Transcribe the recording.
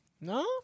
No